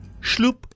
schloop